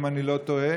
אם אני לא טועה,